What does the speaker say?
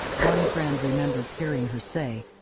one friend remembers hearing her say.